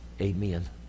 Amen